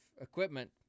equipment